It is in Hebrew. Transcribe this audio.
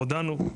הודענו.